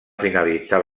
finalitzar